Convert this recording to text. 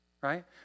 right